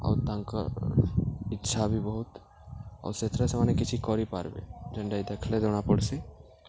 ଆଉ ତାଙ୍କର୍ ଇଚ୍ଛା ବି ବହୁତ୍ ଆଉ ସେଥିରେ ସେମାନେ କିଛି କରିପାର୍ବେ ଯେନ୍ଟାକି ଦେଖ୍ଲେ ଜଣା୍ପଡ଼୍ସି